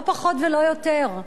לא פחות ולא יותר.